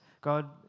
God